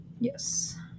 Yes